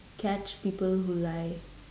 catch people who lie